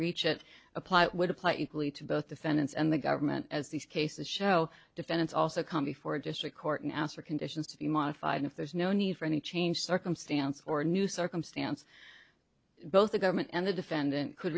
reach that apply would apply equally to both defendants and the government as these cases show defendants also come before a district court and ask for conditions to be modified if there's no need for any change circumstance or new circumstance both the government and the defendant could